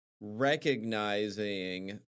recognizing